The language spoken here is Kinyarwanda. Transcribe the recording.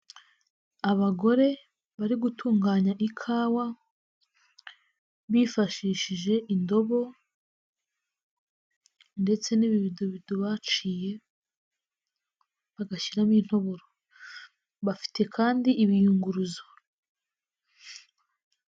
Abagore, bari gutunganya ikawa, bifashishije indobo ndetse n'ibibidobido baciye, bagashyiramo intoboro. bafite kandi ibiyunguruzo.